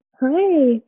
Hi